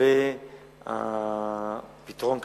לגבי פתרון הקצה,